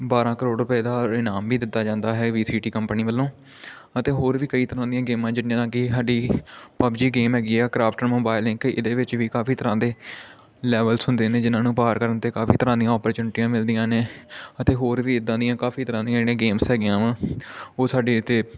ਬਾਰਾਂ ਕਰੋੜ ਰੁਪਏ ਦਾ ਇਨਾਮ ਵੀ ਦਿੱਤਾ ਜਾਂਦਾ ਹੈ ਵੀ ਸੀ ਟੀ ਕੰਪਨੀ ਵੱਲੋਂ ਅਤੇ ਹੋਰ ਵੀ ਕਈ ਤਰ੍ਹਾਂ ਦੀਆਂ ਗੇਮਾਂ ਜਿਸ ਤਰ੍ਹਾਂ ਕਿ ਸਾਡੀ ਪਬਜੀ ਗੇਮ ਹੈਗੀ ਆ ਕਰਾਫਟ ਮੋਬਾਈਲ ਲਿੰਕ ਇਹਦੇ ਵਿੱਚ ਵੀ ਕਾਫੀ ਤਰ੍ਹਾਂ ਦੇ ਲੈਵਲਸ ਹੁੰਦੇ ਨੇ ਜਿਨ੍ਹਾਂ ਨੂੰ ਪਾਰ ਕਰਨ 'ਤੇ ਕਾਫੀ ਤਰ੍ਹਾਂ ਦੀਆਂ ਓਪਰਚੁਨਟੀਆਂ ਮਿਲਦੀਆਂ ਨੇ ਅਤੇ ਹੋਰ ਵੀ ਇੱਦਾਂ ਦੀਆਂ ਕਾਫੀ ਤਰ੍ਹਾਂ ਦੀਆਂ ਜਿਹੜੀਆਂ ਗੇਮਸ ਹੈਗੀਆਂ ਵਾ ਉਹ ਸਾਡੇ ਇੱਥੇ